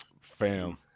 fam